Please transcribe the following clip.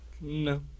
No